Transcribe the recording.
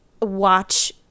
Watch